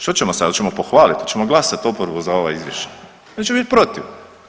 Što ćemo sad, oćemo pohvalit, oćemo glasat oporbu za ova izvješća, oni će biti protiv.